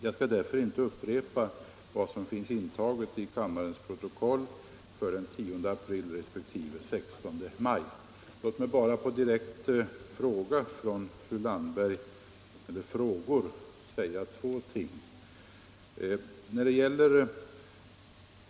Jag skall därför inte upprepa vad som finns intaget i kammarens protokoll för den 10 april resp. 16 maj. Låt mig bara på direkta frågor från fru Landberg säga två ting.